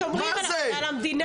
שומרים על המדינה.